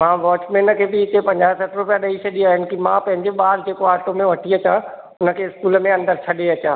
मां वॉचमैन खे बि हिते पंजाह सठि रुपया ॾेई छॾी आहिनि की मां पंहिंजे ॿार जेको ऑटो में वठी अचां हुन खे स्कूल में अंदरि छॾे अचां